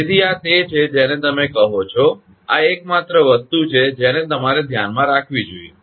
તેથી આ તે છે જેને તમે કહો છો આ એકમાત્ર વસ્તુ છે જેને તમારે ધ્યાનમાં રાખવી જોઈએ